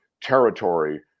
territory